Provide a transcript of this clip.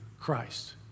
Christ